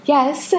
Yes